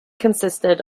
consisted